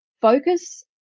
focus